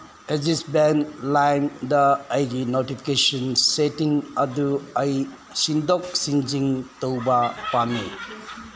Axis bank ꯂꯥꯏꯝꯗ ꯑꯩꯒꯤ notification setting ꯑꯗꯨ ꯑꯩ ꯁꯤꯟꯗꯣꯛ ꯁꯤꯟꯖꯤꯟ ꯇꯧꯕ ꯄꯥꯝꯃꯤ